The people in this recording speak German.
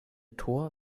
tor